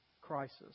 crisis